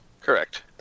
Correct